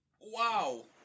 Wow